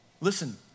listen